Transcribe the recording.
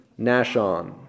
Nashon